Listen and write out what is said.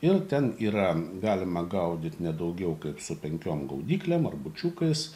ir ten yra galima gaudyt ne daugiau kaip su penkiom gaudyklėm ar bučiukais